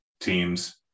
teams